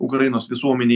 ukrainos visuomenei